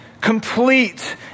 complete